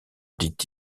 dit